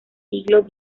siglo